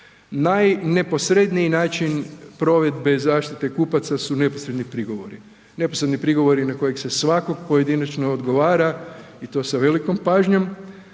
Najneposredniji način provedbe zaštite kupaca su neposredni prigovori, neposredni prigovori na kojeg se svakog pojedinačno odgovara i to sa velikom pažnjom.